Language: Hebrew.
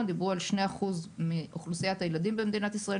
דיברו על שני אחוז מאוכלוסיית הילדים במדינת ישראל